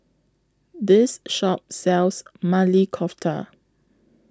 This Shop sells Maili Kofta